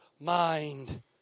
mind